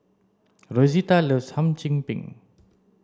rosita loves hum chim peng